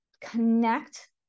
connect